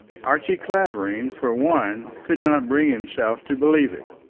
archie clavering, for one, could not bring himself to believe it.